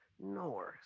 north